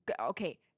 Okay